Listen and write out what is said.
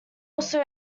also